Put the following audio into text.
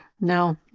No